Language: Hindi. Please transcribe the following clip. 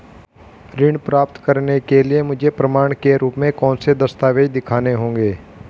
ऋण प्राप्त करने के लिए मुझे प्रमाण के रूप में कौन से दस्तावेज़ दिखाने होंगे?